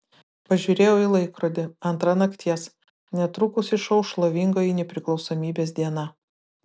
pažiūrėjau į laikrodį antra nakties netrukus išauš šlovingoji nepriklausomybės diena